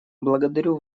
благодарю